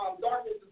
darkness